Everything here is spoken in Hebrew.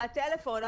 בטלפון.